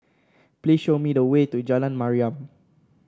please show me the way to Jalan Mariam